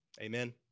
Amen